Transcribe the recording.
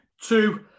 two